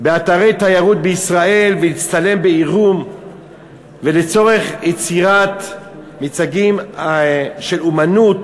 באתרי תיירות בישראל ולהצטלם בעירום לצורך יצירת מיצגים של אמנות